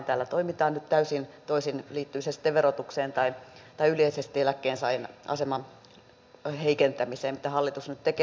täällä toimitaan nyt täysin toisin liittyy se sitten verotukseen tai yleisesti eläkkeensaajan aseman heikentämiseen mitä hallitus nyt tekee